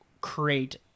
create